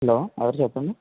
hello ఎవరు చెప్పండి